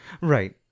Right